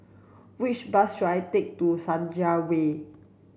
which bus should I take to Senja Way